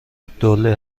الدعوه